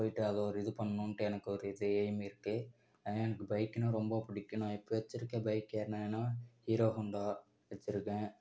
போய்ட்டு அதை ஒரு இது பண்ணனுன்ட்டு எனக்கு ஒரு இது எய்ம் இருக்குது ஆனால் எனக்கு பைக்னால் ரொம்ப பிடிக்கும் நான் இப்போ வச்சிருக்க பைக் என்னன்னா ஹீரோ ஹோண்டா வச்சிருக்கேன்